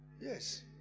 Yes